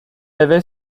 avait